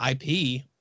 IP